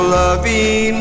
loving